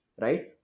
Right